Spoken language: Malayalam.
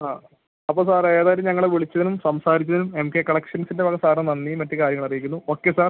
ആ അപ്പോൾ സാർ ഏതായാലും ഞങ്ങളെ വിളിച്ചതിനും സംസാരിച്ചതിനും എം കെ കളക്ഷൻസിൻ്റെ വക സാറിന് നന്ദിയും മറ്റ് കാര്യങ്ങൾ അറിയിക്കുന്നു ഓക്കെ സാർ